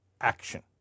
action